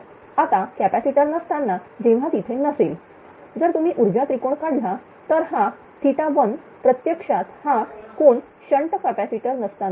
आता कॅपॅसिटर नसताना जेव्हा तिथे नसेल जर तुम्ही ऊर्जा त्रिकोण काढला तर हा 1प्रत्यक्षात हा कोन शंट कॅपॅसिटर नसताना आहे